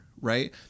right